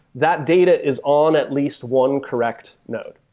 that data is on at least one correct node.